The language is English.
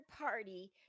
party